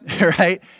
Right